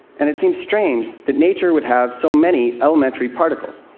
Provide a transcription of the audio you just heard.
and it seems strange that nature would have so many elementary particles.